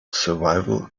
survival